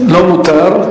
לא מותר,